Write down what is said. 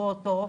גרוטו,